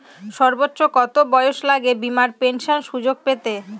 সর্বোচ্চ কত বয়স লাগে বীমার পেনশন সুযোগ পেতে?